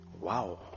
Wow